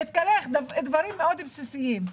להתקלח דברים מאוד בסיסיים.